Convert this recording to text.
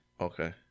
Okay